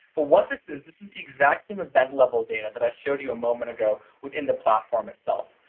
but what this is, this is the exact same event level data that i showed you a moment ago within the platform itself.